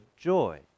joy